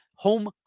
Home